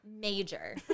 major